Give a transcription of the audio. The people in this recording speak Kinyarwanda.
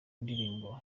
indirimbo